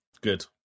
Good